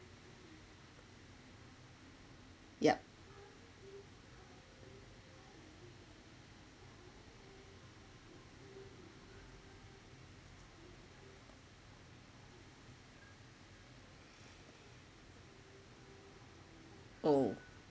yup oh